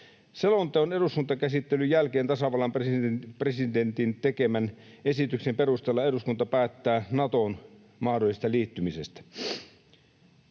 Selonteon eduskuntakäsittelyn jälkeen tasavallan presidentin tekemän esityksen perusteella eduskunta päättää mahdollisesta Natoon liittymisestä.